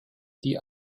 die